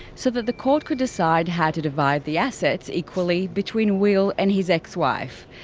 so that the court could decide how to divide the assets equally between will and his ex wife.